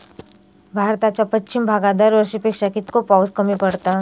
भारताच्या पश्चिम भागात दरवर्षी पेक्षा कीतको पाऊस कमी पडता?